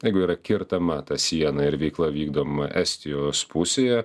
jeigu yra kirtama ta siena ir veikla vykdoma estijos pusėje